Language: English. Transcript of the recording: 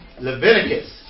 Leviticus